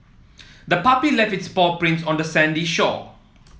the puppy left its paw prints on the sandy shore